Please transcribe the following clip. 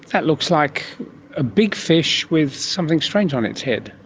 that looks like a big fish with something strange on its head.